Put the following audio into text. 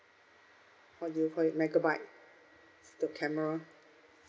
what do you call it megabyte the camera